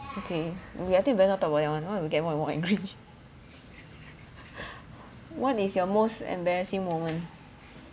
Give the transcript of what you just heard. okay we I think better not talk about that one that one will get more and more angry what is your most embarrassing moment